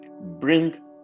bring